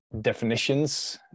definitions